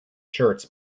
shirts